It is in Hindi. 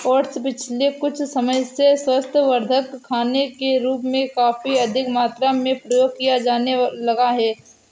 ओट्स पिछले कुछ समय से स्वास्थ्यवर्धक खाने के रूप में काफी अधिक मात्रा में प्रयोग किया जाने लगा है